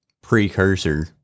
precursor